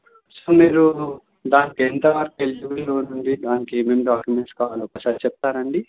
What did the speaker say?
so మీరు దానికి ఎంత వరకు ఎలిజిబుల్ అవుతుంది దానికి ఏమేమి డాక్యుమెంట్స్ కావాలో ఒక్కసారి చెప్తారా అండి